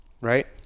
right